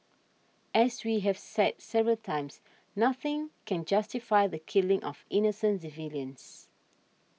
as we have said several times nothing can justify the killing of innocent civilians